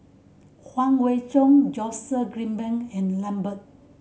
Huang Wenhong Joseph Grimberg and Lambert